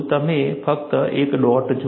તમે ફક્ત એક ડોટ જુઓ